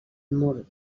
mur